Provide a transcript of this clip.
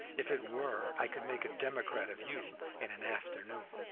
if it were, i could make a democrat of you in an afternoon.